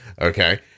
Okay